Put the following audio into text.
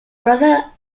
brother